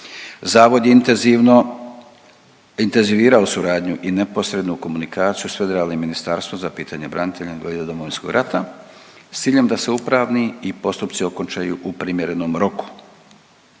intenzivirao suradnju i neposrednu komunikaciju s federalnim ministarstvom za pitanje branitelja Domovinskog rata s ciljem da se upravni i postupci okončaju u primjerenom roku.